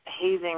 hazing